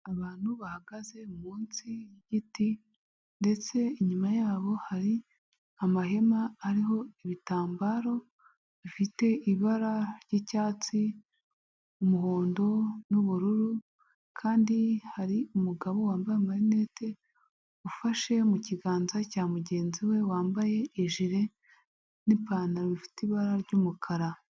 Abantu bahagaze munsi y'igiti ndetse inyuma yabo hari amahema ariho ibitambaro bifite ibara ry'icyatsi, umuhondo n'ubururu, kandi hari umugabo wambaye amarinete ufashe mu kiganza cya mugenzi we wambaye ijire n'ipantaro ifite ibara ry'umukara.